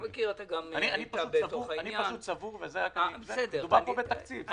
אני פשוט סבור, שמדובר פה בתקציב לכל דבר.